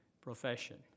profession